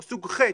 או סוג ח',